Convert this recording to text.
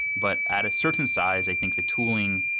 but at a certain size, i think the tooling,